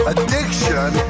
Addiction